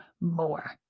more